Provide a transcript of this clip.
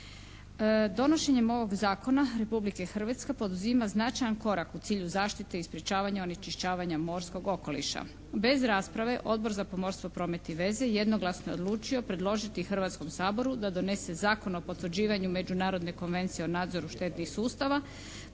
Donošenjem ovog zakona Republika Hrvatska poduzima značajan korak u cilju zaštite i sprječavanja onečišćavanja morskog okoliša. Bez rasprave Odbor za pomorstvo, promet i veze jednoglasno je odlučio predložiti Hrvatskom saboru da donese Zakon o potvrđivanju Međunarodne konvencije o nadzoru štetnih sustava